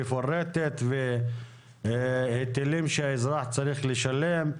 מפורטת והיטלים שהאזרח צריך לשלם.